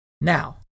Now